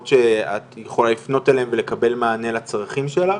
שאת יכולה לפנות אליהם ולקבל מענה לצרכים שלך?